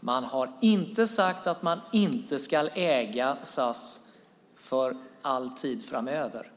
Man har inte sagt att man ska äga SAS för all tid framöver.